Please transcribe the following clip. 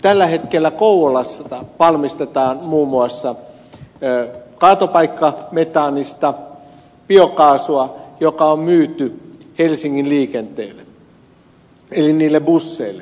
tällä hetkellä kouvolassa valmistetaan muun muassa kaatopaikkametaanista biokaasua joka on myyty helsingin liikenteelle eli niille busseille